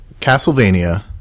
Castlevania